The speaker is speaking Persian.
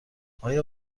آیا